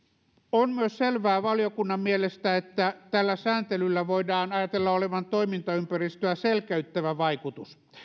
on myös selvää valiokunnan mielestä että tällä sääntelyllä voidaan ajatella olevan toimintaympäristöä selkeyttävä vaikutus